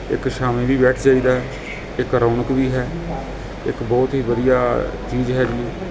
ਇੱਕ ਛਾਵੇਂ ਵੀ ਬੈਠ ਜਾਈਦਾ ਇੱਕ ਰੌਣਕ ਵੀ ਹੈ ਇੱਕ ਬਹੁਤ ਹੀ ਵਧੀਆ ਚੀਜ਼ ਹੈਗੀ ਏ